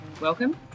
welcome